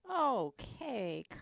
Okay